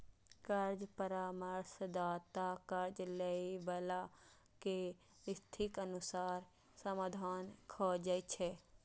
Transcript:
कर्ज परामर्शदाता कर्ज लैबला के स्थितिक अनुसार समाधान खोजै छै